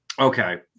Okay